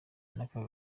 n’akaga